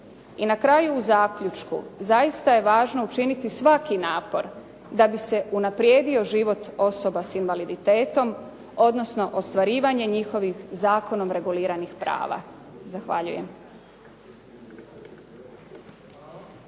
I na kraju u zaključku, zaista je važno učiniti svaki napor da bi se unaprijedio život osoba sa invaliditetom, odnosno ostvarivanje njihovih zakonom reguliranih prava. Zahvaljujem.